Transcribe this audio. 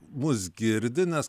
mus girdi nes